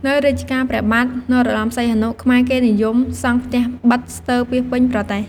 នៅរជ្ជកាលព្រះបាទនរោត្តមសីហនុ ខ្មែរគេនិយមសង់ផ្ទះប៉ិតស្ទើរពាសពេញប្រទេស។